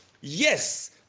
yes